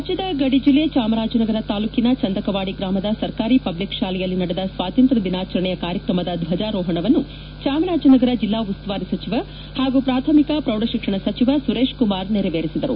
ರಾಜ್ಯದ ಗಡಿ ಜಿಲ್ಲೆ ಚಾಮರಾಜನಗರ ತಾಲ್ಡೂಕಿನ ಚಂದಕವಾಡಿ ಗ್ರಾಮದ ಸರ್ಕಾರಿ ಪಬ್ಲಿಕ್ ಶಾಲೆಯಲ್ಲಿ ನಡೆದ ಸ್ನಾತಂತ್ರ್ನ ದಿನಾಚರಣೆಯ ಕಾರ್ಯಕ್ರಮದ ಧ್ವಜಾರೋಪಣವನ್ನು ಚಾಮರಾಜನಗರ ಜಿಲ್ಲಾ ಉಸ್ತುವಾರಿ ಸಚಿವರು ಪಾಗೂ ಪ್ರಾಥಮಿಕ ಹಾಗೂ ಪ್ರೌಢಶಿಕ್ಷಣ ಸಚಿವ ಸುರೇಶ್ಕುಮಾರ್ ನೆರವೇರಿಸಿದರು